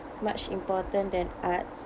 much important than arts